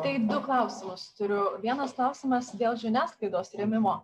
tai du klausimus turiu vienas klausimas dėl žiniasklaidos rėmimo